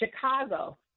Chicago